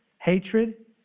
hatred